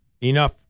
enough